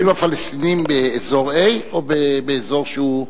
היישובים הפלסטיניים באזור A או באזור שהוא,